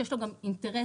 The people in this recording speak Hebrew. שיש לו גם אינטרס